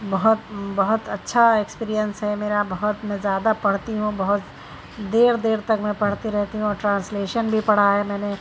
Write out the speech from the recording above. بہت بہت اچھا ایکسپیرینس ہے میرا بہت میں زیادہ پڑھتی ہوں بہت دیر دیر تک میں پڑھتی رہتی ہوں اور ٹرانسلیشن بھی پڑھا میں نے